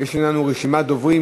יש לנו רשימת דוברים.